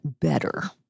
better